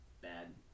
bad